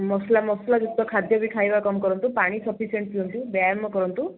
ମସଲା ମସଲା ଯୁକ୍ତ ଖାଦ୍ୟ ବି ଖାଇବା କମ୍ କରନ୍ତୁ ପାଣି ସଫିସେଣ୍ଟ୍ ପିଅନ୍ତୁ ବ୍ୟାୟାମ୍ କରନ୍ତୁ